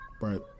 Right